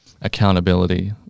accountability